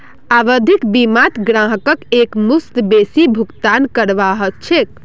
आवधिक बीमात ग्राहकक एकमुश्त बेसी भुगतान करवा ह छेक